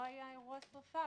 לא היה אירוע שריפה,